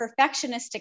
perfectionistic